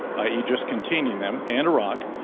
i. e, just containing them, and iraq,